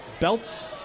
belts